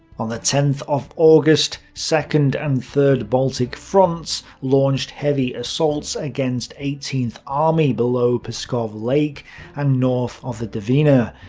on the tenth of august, second and third baltic fronts launched heavy assaults against eighteenth army below pskov lake and north of the dvina.